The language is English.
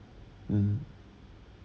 uh